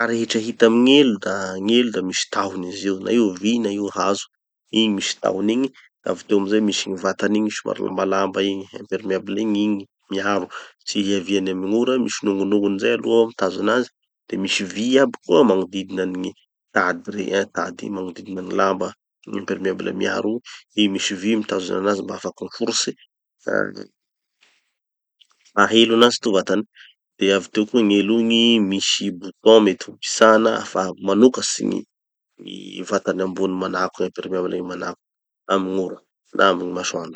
Gny raha rehetra hita amy gn'elo da gn'ela da misy tahony izy io, na io vy na io hazo. Igny misy tahony igny, da avy teo amizay misy gny vatan'igny somary lambalamba igny impermeable igny, igny miaro tsy hiaviany amy gn'ora, misy nongonongony zay aloha ao mitazo anazy, de misy vy aby koa magnodidina any gny tady regny, tady igny magnodidina gny lamba, gny impermeable miaro igny, igny misy vy mitazona anazy mba ho afaky aforotsy, ah maha elo anazy tovatany. De avy teo koa gn'elo igny misy bouton mety ho pitsana hahafaha manokatsy gny gny vatany ambony manako gny impermeable igny manako amy gn'ora na amy gny masoandro.